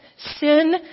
Sin